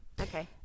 okay